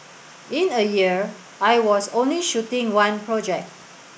in a year I was only shooting one project